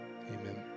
amen